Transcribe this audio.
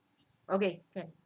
okay can